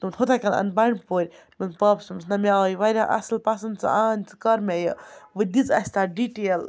دوٚپُن ہُتھَے کٔنۍ اَن بنٛدٕپورِ مےٚ ووٚن پاپَس ووٚنمَس نہ مےٚ آو یہِ واریاہ اَصٕل پَسنٛد ژٕ اَن ژٕ کَر مےٚ یہِ وٕ دِژ اَسہِ تَتھ ڈِٹیل